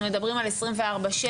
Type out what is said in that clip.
אנחנו מדברים על עשרים וארבע/שבע,